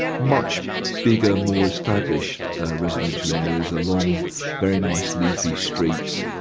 much bigger, more established residential areas along very nice leafy streets,